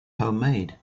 homemade